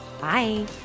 Bye